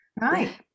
Right